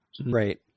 Right